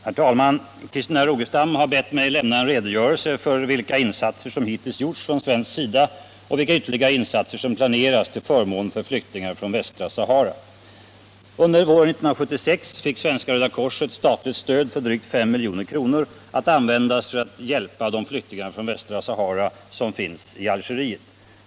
45, och anförde: Herr talman! Fröken Rogestam har bett mig lämna en redogörelse för vilka insatser som hittills gjorts från svensk sida och vilka ytterligare insatser som planeras till förmån för flyktingar från västra Sahara. Under våren 1976 fick Svenska röda korset statligt stöd på drygt 5 79 milj.kr. att användas för att hjälpa de flyktingar från västra Sahara som finns i Algeriet.